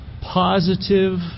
positive